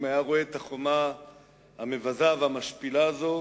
לו ראה את החומה המבזה והמשפילה הזאת?